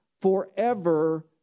forever